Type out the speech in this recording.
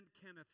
Kenneth